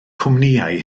cwmnïau